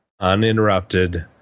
uninterrupted